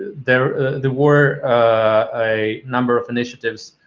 there were a number of initiatives